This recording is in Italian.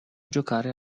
giocare